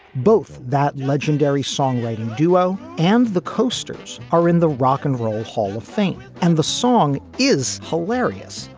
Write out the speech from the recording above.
both that legendary songwriting duo and the coasters are in the rock and roll hall of fame, and the song is hilarious.